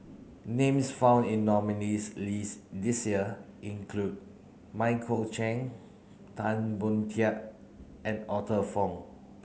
names found in nominees' list this year include Michael Chiang Tan Boon Teik and Arthur Fong